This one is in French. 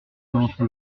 annonce